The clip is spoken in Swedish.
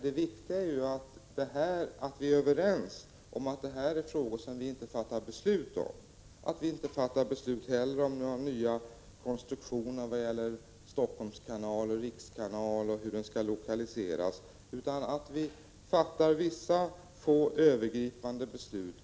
Det viktiga är bara att vi är överens om att det är frågor som vi här i riksdagen inte skall fatta beslut om. Inte heller skall vi fatta beslut om nya konstruktioner av en Helsingforsskanal, en rikskanal, lokaliseringen av dem osv. Vi skall fatta vissa övergripande beslut.